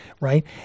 right